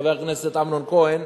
חבר הכנסת אמנון כהן,